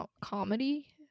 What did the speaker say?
comedy